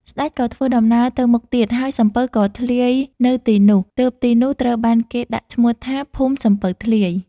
ស្តេចក៏ធ្វើដំណើរទៅមុខទៀត ហើយសំពៅក៏ធ្លាយនៅទីនោះ ទើបទីនោះត្រូវបានគេដាក់ឈ្មោះថា ភូមិសំពៅធ្លាយ។